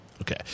okay